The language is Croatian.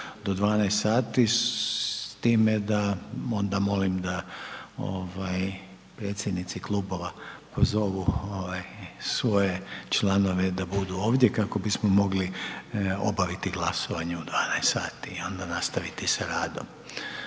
do 12 sati s time da onda molim da ovaj predsjednici klubova pozovu ovaj svoje članove da budu ovdje kako bismo mogli obaviti glasovanje u 12 sati i onda nastaviti sa radom.